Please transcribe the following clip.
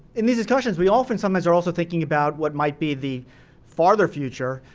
in these discussions, we often sometimes are also thinking about what might be the farther future,